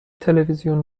تلویزیون